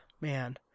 man